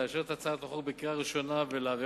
לאשר את הצעת החוק בקריאה ראשונה ולהעבירה